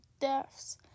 deaths